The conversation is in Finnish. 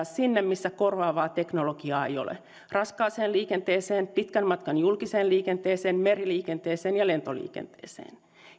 sinne missä korvaavaa teknologiaa ei ole raskaaseen liikenteeseen pitkän matkan julkiseen liikenteeseen meriliikenteeseen ja lentoliikenteeseen